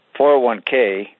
401k